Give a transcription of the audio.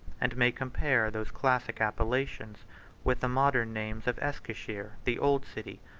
and may compare those classic appellations with the modern names of eskishehr the old city,